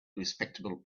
respectable